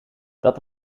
dat